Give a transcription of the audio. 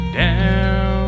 down